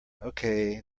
okay